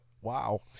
wow